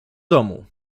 domu